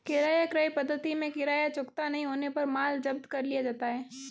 किराया क्रय पद्धति में किराया चुकता नहीं होने पर माल जब्त कर लिया जाता है